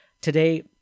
today